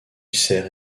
sert